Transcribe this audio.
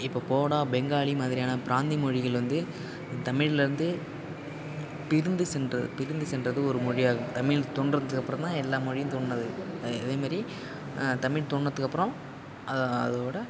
இப்போ போடா பெங்காலி மாதிரியான பிராந்தி மொழிகள் வந்து தமிழ்லேருந்து பிரிந்து சென்ற பிரிந்து சென்றது ஒரு மொழியாகும் தமிழ் தோன்றுனத்துக்கப்பறந்தான் எல்லா மொழியும் தோன்றினது இதேமாரி தமிழ் தோன்றுனதுக்கப்பறம் அது அதோடய